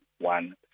One